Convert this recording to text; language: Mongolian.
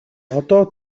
одоо